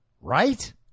right